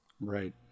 Right